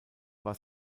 war